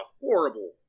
horrible